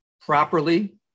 properly